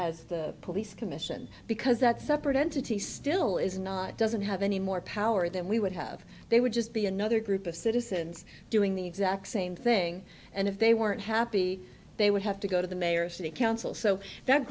a police commission because that separate entity still is not doesn't have any more power than we would have they would just be another group of citizens doing the exact same thing and if they weren't happy they would have to go to the mayor city council so that